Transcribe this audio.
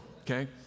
okay